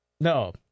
No